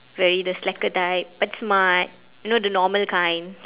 very the slacker type but smart you know the normal kind